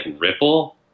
ripple